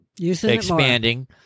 expanding